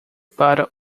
para